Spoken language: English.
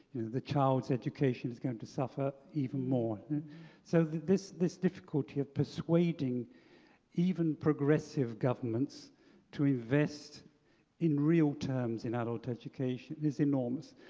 the child's education is going to suffer even more. so this this difficulty of persuading even progressive governments to invest in real terms in adult education is enormous.